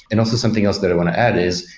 and also something else that i want to add is,